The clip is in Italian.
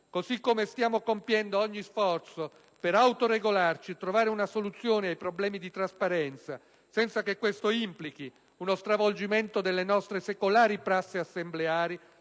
Così come stiamo compiendo ogni sforzo per autoregolarci e trovare una soluzione ai problemi di trasparenza senza che questo implichi uno stravolgimento delle nostre secolari prassi assembleari,